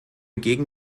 gegen